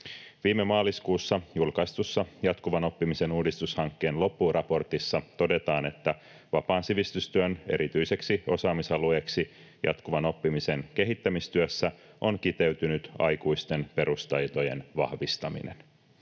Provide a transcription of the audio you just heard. Viime maaliskuussa julkaistussa jatkuvan oppimisen uudistushankkeen loppuraportissa todetaan, että vapaan sivistystyön erityiseksi osaamisalueeksi jatkuvan oppimisen kehittämistyössä on kiteytynyt aikuisten perustaitojen vahvistaminen.